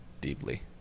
Deeply